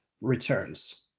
returns